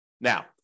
Now